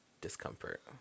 discomfort